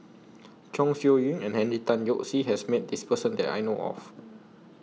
Chong Siew Ying and Henry Tan Yoke See has Met This Person that I know of